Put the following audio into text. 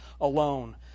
alone